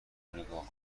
نگاه